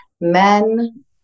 men